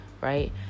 right